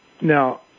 Now